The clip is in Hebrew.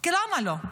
כי למה לו?